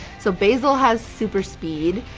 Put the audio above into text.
so basil has super speed,